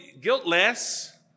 guiltless